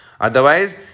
Otherwise